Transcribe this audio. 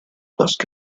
lorsque